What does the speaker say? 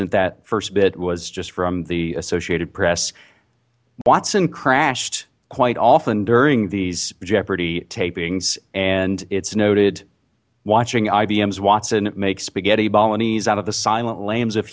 and at first bit was just from the associated press watson crashed quite often during these jeopardy tapings and it's noted watching ibm's watson make spaghetti bolognese out of the silent lambs of